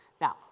Now